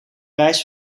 reis